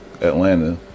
Atlanta